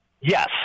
Yes